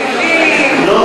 מקיימים,